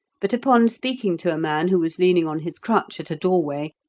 but upon speaking to a man who was leaning on his crutch at a doorway,